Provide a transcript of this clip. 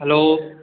hello